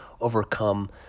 overcome